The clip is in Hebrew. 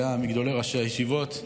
שהיה מגדולי ראשי הישיבות.